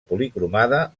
policromada